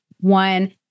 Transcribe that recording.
One